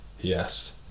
yes